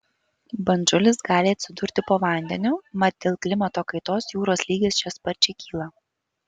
bandžulis gali atsidurti po vandeniu mat dėl klimato kaitos jūros lygis čia sparčiai kyla